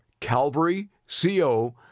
CalvaryCo